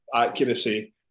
accuracy